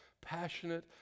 passionate